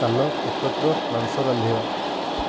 ଚାଲ ଏକତ୍ର ମାଂସ ରାନ୍ଧିବା